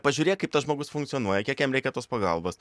pažiūrėk kaip tas žmogus funkcionuoja kiek jam reikia tos pagalbos